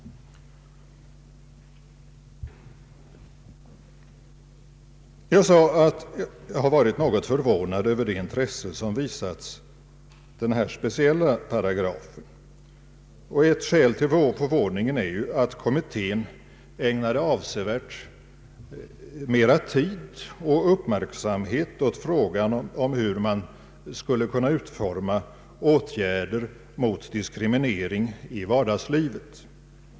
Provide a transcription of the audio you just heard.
Jag sade att jag har varit något förvånad över det intresse som visats den här speciella paragrafen. Ett skäl till förvåning är att kommittén ägnade avsevärt mer tid och uppmärksamhet åt frågan hur man skulle kunna utforma åtgärder mot diskriminering i vardagslivet.